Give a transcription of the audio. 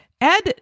Ed